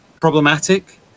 problematic